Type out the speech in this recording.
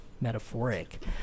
metaphoric